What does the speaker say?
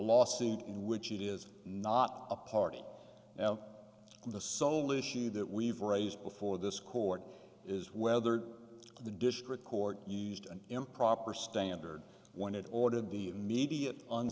lawsuit in which it is not a party now for the sole issue that we've raised before this court is whether the district court used an improper standard when it ordered the immediate